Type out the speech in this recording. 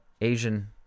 Asian